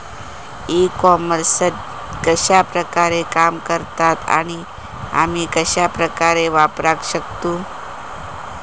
E commerce कश्या प्रकारे काम करता आणि आमी कश्या प्रकारे वापराक शकतू?